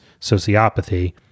sociopathy